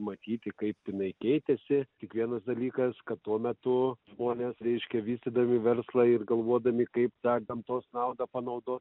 matyti kaip jinai keitėsi tik vienas dalykas kad tuo metu buvęs reiškia vystydami verslą ir galvodami kaip tą gamtos naudą panaudoti